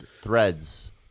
threads